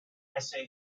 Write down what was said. hesse